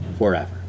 Forever